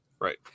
Right